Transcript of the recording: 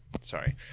Sorry